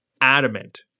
adamant